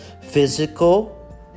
physical